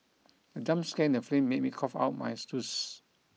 the jump scare in the film me me cough out my juice